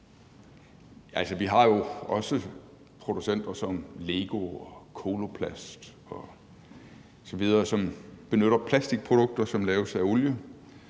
vi har jo også producenter som LEGO og Coloplast osv., som benytter plastikprodukter, som laves af olie,